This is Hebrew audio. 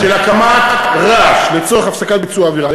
של הקמת רעש לצורך הפסקת ביצוע העבירה.